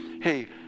hey